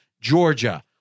Georgia